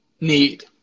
need